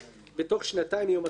בתוך שנתיים מיום התחילה,